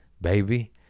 baby